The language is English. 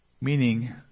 meaning